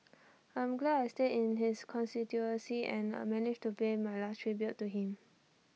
I'm glad I stay in his constituency and managed to pay my last tribute to him